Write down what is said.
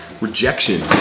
rejection